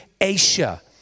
Asia